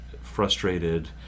frustrated